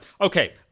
okay